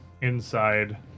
inside